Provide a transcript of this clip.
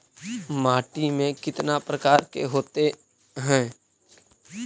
माटी में कितना प्रकार के होते हैं?